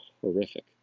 horrific